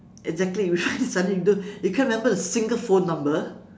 exactly we suddenly you don't you can't remember a single phone number